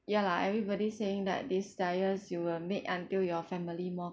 ya lah everybody saying that this you will make until your family more